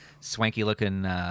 swanky-looking